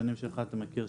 בשנים שלך אתה מכיר?